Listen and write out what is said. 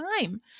time